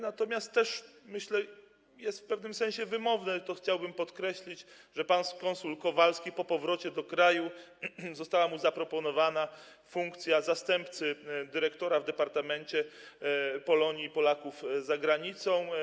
Natomiast myślę, że w pewnym sensie jest wymowne to, i to chciałbym podkreślić, że panu konsulowi Kowalskiemu po powrocie do kraju została zaproponowana funkcja zastępcy dyrektora w departamencie Polonii i Polaków za granicą.